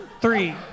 Three